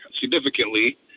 significantly